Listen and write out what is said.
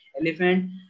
elephant